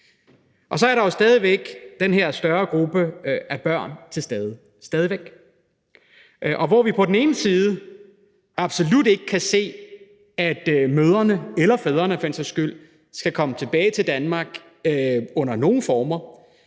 Så er der jo stadig væk den her større gruppe af børn til stede, hvor vi på den ene side absolut ikke kan se, at mødrene – eller fædrene for den sags skyld – skal komme tilbage til Danmark under nogen former.